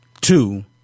two